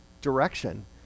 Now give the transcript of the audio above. direction